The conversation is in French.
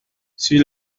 sur